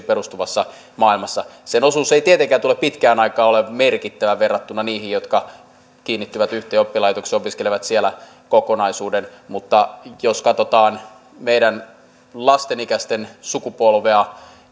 perustuvassa maailmassa se osuus ei tietenkään tule pitkään aikaan olemaan merkittävä verrattuna niihin jotka kiinnittyvät yhteen oppilaitokseen opiskelevat siellä kokonaisuuden mutta jos katsotaan meidän lastemme ikäisten sukupolvea